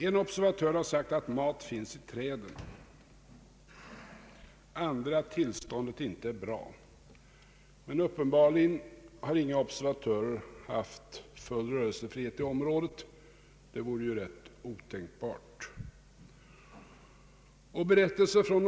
En observatör har sagt att mat finns i träden, en annan har sagt att tillståndet inte är bra. Men uppenbarligen har inga observatörer haft full rörelsefrihet i området — det vore ju rätt otänkbart med en sådan rörelsefrihet.